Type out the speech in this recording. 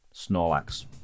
Snorlax